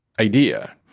idea